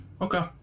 Okay